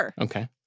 Okay